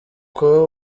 kuba